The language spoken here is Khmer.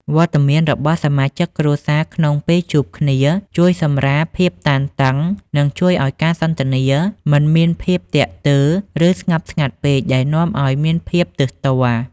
វត្តមានរបស់សមាជិកគ្រួសារក្នុងពេលជួបគ្នា ជួយសម្រាលភាពតានតឹង និងជួយឱ្យការសន្ទនាមិនមានភាពទាក់ទើរ ឬស្ងប់ស្ងាត់ពេកដែលនាំឱ្យមានភាពទើសទាល់។